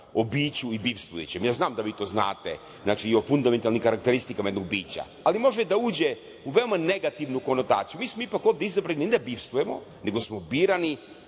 o biću i bivstvujućem. Ja znam da vi to znate, kao i o fundamentalnim karakteristikama jednog bića, ali može da uđe u veoma negativnu konotaciju. Mi smo ipak ovde izabrani ne da bivstvujemo, nego smo birani